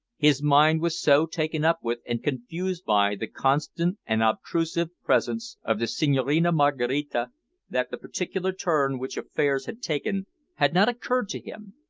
his mind was so taken up with, and confused by, the constant and obtrusive presence of the senhorina maraquita that the particular turn which affairs had taken had not occurred to him,